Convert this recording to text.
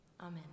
Amen